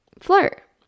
flirt